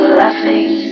laughing